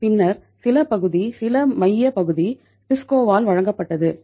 பின்னர் சில பகுதி சில மைய பகுதி டிஸ்கோவால் வழங்கப்பட்டது